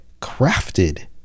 crafted